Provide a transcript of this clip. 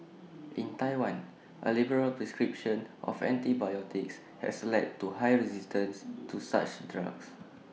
in Taiwan A liberal prescription of antibiotics has led to high resistance to such drugs